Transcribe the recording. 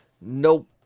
Nope